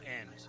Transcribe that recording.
end